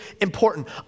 important